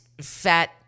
fat